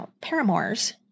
paramours